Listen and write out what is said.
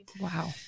Wow